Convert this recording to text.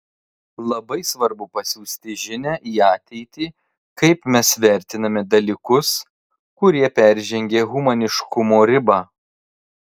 labai svarbu pasiųsti žinią į ateitį kaip mes vertiname dalykus kurie peržengė humaniškumo ribą